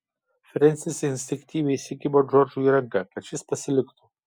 frensis instinktyviai įsikibo džordžui į ranką kad šis pasiliktų